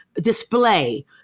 display